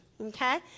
okay